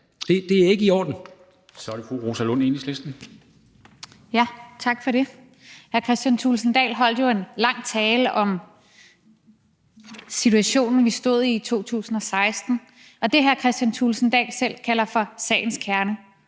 Dam Kristensen): Så er det fru Rosa Lund, Enhedslisten. Kl. 13:44 Rosa Lund (EL): Tak for det. Hr. Kristian Thulesen Dahl holdt jo en lang tale om situationen, vi stod i i 2016, og det, hr. Kristian Thulesen Dahl selv kalder for sagens kerne,